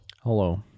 Hello